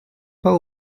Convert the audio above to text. pas